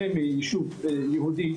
מיישוב יהודי,